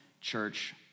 church